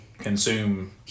Consume